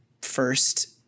first